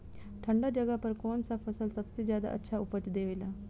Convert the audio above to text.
ठंढा जगह पर कौन सा फसल सबसे ज्यादा अच्छा उपज देवेला?